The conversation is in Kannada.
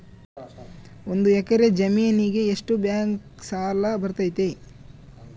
ಒಂದು ಎಕರೆ ಜಮೇನಿಗೆ ಎಷ್ಟು ಬ್ಯಾಂಕ್ ಸಾಲ ಬರ್ತೈತೆ?